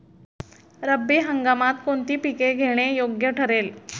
रब्बी हंगामात कोणती पिके घेणे योग्य ठरेल?